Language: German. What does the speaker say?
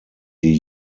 die